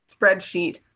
spreadsheet